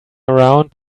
around